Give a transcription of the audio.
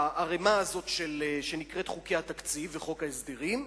בערימה הזאת שנקראת חוקי התקציב וחוק ההסדרים,